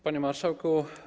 Panie Marszałku!